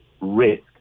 risk